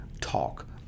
talk